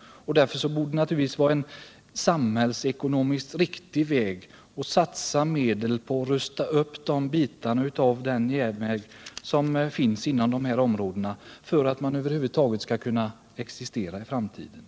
och därför borde det vara en samhällsekonomiskt riktig väg att satsa medel på att rusta upp de delar av järnvägen som finns inom dessa områden och som är nödvändiga för människornas existens i framtiden.